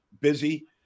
busy